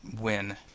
win